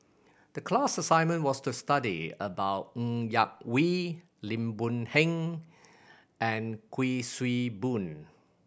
the class assignment was to study about Ng Yak Whee Lim Boon Heng and Kuik Swee Boon